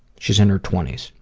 she's in her twenty s.